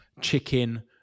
chicken